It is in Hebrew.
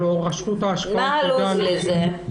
מה הלו"ז לזה?